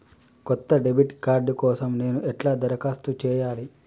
కొత్త debit card కోసం నేను ఎట్లా దరఖాస్తు చేయాలి?